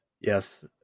Yes